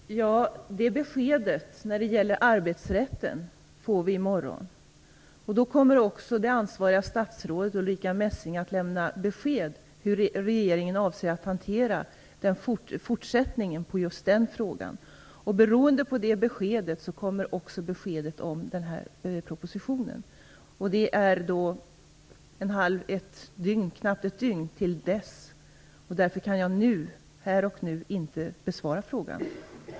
Fru talman! Beskedet när det gäller arbetsrätten får vi i morgon. Då kommer också det ansvariga statsrådet Ulrica Messing att lämna besked om hur regeringen avser att hantera fortsättningen på just den frågan. På det beskedet beror också beskedet om propositionen. Det är knappt ett dygn tills dess, och därför kan jag här och nu inte besvara frågan.